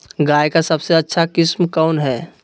गाय का सबसे अच्छा किस्म कौन हैं?